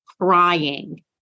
crying